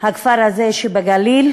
הכפר הזה שבגליל,